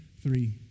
three